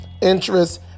interest